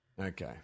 Okay